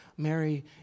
Mary